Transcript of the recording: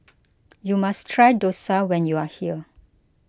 you must try Dosa when you are here